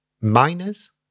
Miners